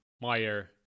Meyer